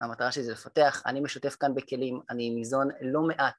המטרה שלי זה לפתח, אני משותף כאן בכלים, אני ניזון לא מעט